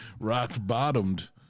rock-bottomed